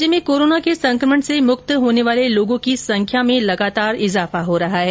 राज्य में कोरोना के संकमण से मुक्त होने वाले लोगों की संख्या में लगातार बढोतरी हो रही है